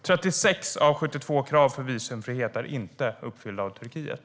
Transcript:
36 av 72 krav för visumfrihet är inte uppfyllda av Turkiet.